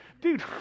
Dude